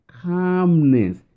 calmness